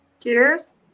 Cheers